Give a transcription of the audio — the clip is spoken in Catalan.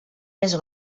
més